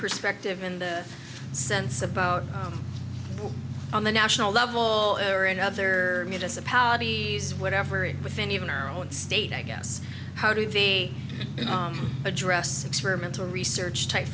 perspective in the sense about on the national level or in other municipalities whatever it within even our own state i guess how did he address experimental research type